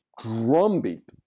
drumbeat